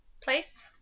Place